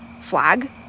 flag